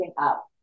up